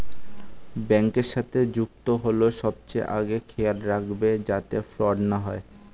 ব্যাংকের সাথে যুক্ত হল সবচেয়ে আগে খেয়াল রাখবে যাতে ফ্রড না হয়